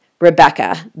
Rebecca